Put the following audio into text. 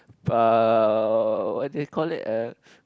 uh what do you call it uh